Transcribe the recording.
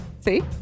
see